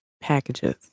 packages